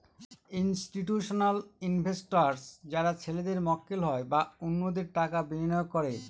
institutional investors যারা ছেলেদের মক্কেল হয় বা অন্যদের টাকা বিনিয়োগ করে